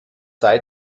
sei